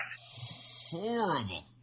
Horrible